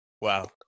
Wow